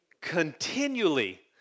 continually